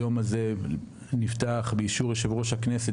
היום הזה נפתח באישור חריג של יושב ראש הכנסת